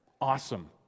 Awesome